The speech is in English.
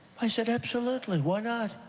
i said, absolutely. why not?